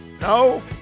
No